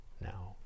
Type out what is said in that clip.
now